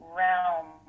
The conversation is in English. realm